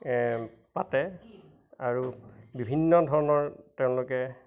পাতে আৰু বিভিন্ন ধৰণৰ তেওঁলোকে